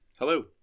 Hello